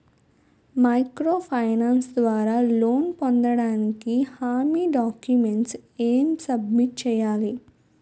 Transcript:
Micro finance ద్వారా loan పొందటానికి హామీ డాక్యుమెంట్స్ ఎం సబ్మిట్ చేయాలి?